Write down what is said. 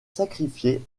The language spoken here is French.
sacrifié